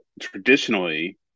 traditionally